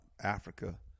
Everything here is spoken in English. Africa